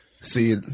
See